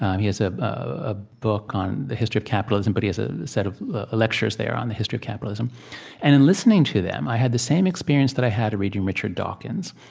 um he has a ah book on the history of capitalism, but he has a set of ah lectures there on the history of capitalism and in listening to them, i had the same experience that i had reading richard dawkins.